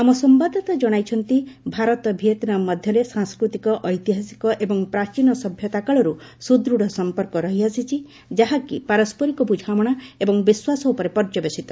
ଆମ ସମ୍ବାଦଦାତା ଜଣାଇଛନ୍ତି ଭାରତ ଭିଏତ୍ନାମ ମଧ୍ୟରେ ସାଂସ୍କୃତିକ ଐତିହାସିକ ଏବଂ ପ୍ରାଚୀନ ସଭ୍ୟତାକାଳରୁ ସୁଦୃଢ଼ ସମ୍ପର୍କ ରହିଆସିଛି ଯାହାକି ପାରସ୍କରିକ ବୁଝାମଣା ଏବଂ ବିଶ୍ୱାସ ଉପରେ ପର୍ଯ୍ୟବସିତ